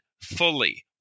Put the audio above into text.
fully